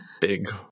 Big